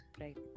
right